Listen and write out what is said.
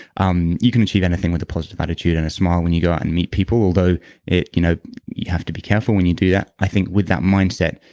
um you can achieve anything with a positive attitude and a smile when you go out and meet people, although you know you have to be careful when you do that, i think with that mindset,